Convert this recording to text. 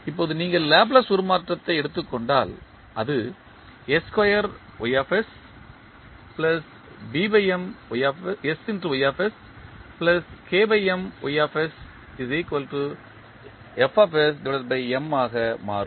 இப்போது நீங்கள் லாப்லேஸ் உருமாற்றத்தை எடுத்துக் கொண்டால் அது ஆக மாறும்